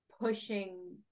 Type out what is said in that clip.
pushing